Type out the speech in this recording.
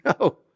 no